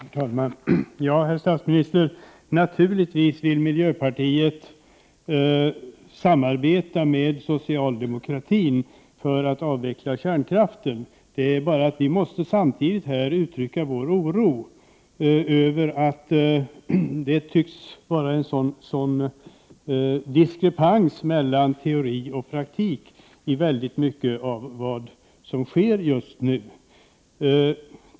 Herr talman! Herr statsminister! Naturligtvis vill miljöpartiet samarbeta med socialdemokratin för att avveckla kärnkraften. Men vi måste samtidigt uttrycka vår oro över att det tycks vara en sådan diskrepans mellan teori och praktik i väldigt mycket av vad som sker just nu.